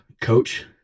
coach